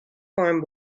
farm